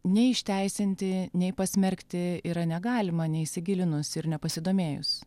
nei išteisinti nei pasmerkti yra negalima neįsigilinus ir nepasidomėjus